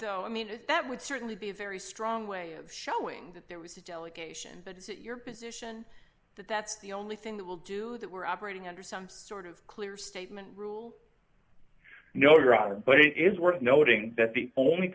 though i mean that would certainly be a very strong way of showing that there was a delegation is it your position that that's the only thing that will do that we're operating under some sort of clear statement rule no your honor but it is worth noting that the only